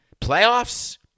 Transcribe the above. Playoffs